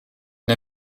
une